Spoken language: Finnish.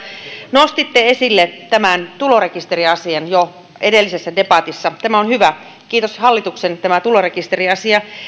nostitte esille tämän tulorekisteriasian jo edellisessä debatissa tämä on hyvä kiitos hallituksen tulorekisteriasia